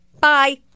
Bye